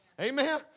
Amen